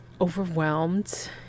overwhelmed